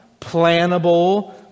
plannable